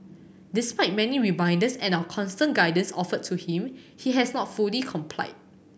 despite many reminders and our constant guidance offered to him he has not fully complied